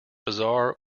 bizarre